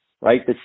right